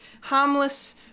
harmless